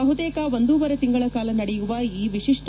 ಬಹುತೇಕ ಒಂದೂವರೆ ತಿಂಗಳ ಕಾಲ ನಡೆಯುವ ಈ ವಿಶಿಷ್ಟ